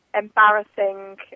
embarrassing